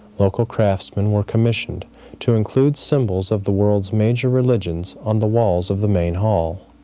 local craftsmen were commissioned to include symbols of the world's major religions on the walls of the main hall.